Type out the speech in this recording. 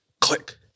Click